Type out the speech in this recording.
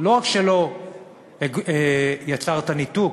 לא רק שלא יצרת ניתוק,